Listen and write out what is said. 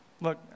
Look